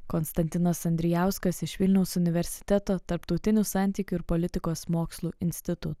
konstantinas andrijauskas iš vilniaus universiteto tarptautinių santykių ir politikos mokslų instituto